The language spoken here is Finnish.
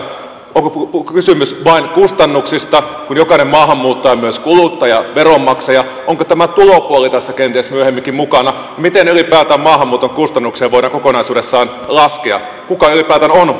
onko kysymys vain kustannuksista kun jokainen maahanmuuttaja on myös kuluttaja ja veronmaksaja onko tämä tulopuoli tässä kenties myöhemminkin mukana miten ylipäätään maahanmuuton kustannuksia voidaan kokonaisuudessaan laskea kuka ylipäätään on